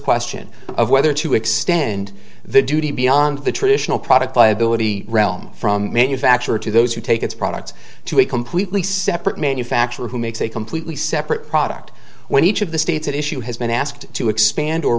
question of whether to extend the duty beyond the traditional product liability realm from manufacturer to those who take its products to a completely separate manufacturer who makes a completely separate product when each of the states at issue has been asked to expand or